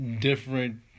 different